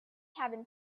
cabin